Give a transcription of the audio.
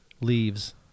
leaves